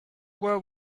were